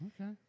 Okay